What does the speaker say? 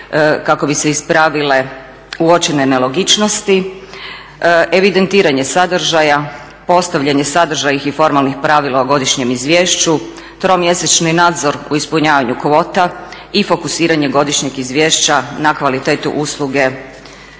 kako bi se ispravile uočene nelogičnosti, evidentiranje sadržaja, postavljanje sadržajnih i formalnih pravila o godišnjem izvješću, tromjesečni nadzor u ispunjavanju kvota i fokusiranje godišnjeg izvješća na kvalitetu usluge,